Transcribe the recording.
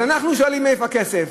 אז אנחנו שואלים: איפה הכסף?